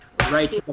right